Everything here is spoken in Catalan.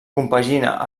compagina